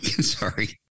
Sorry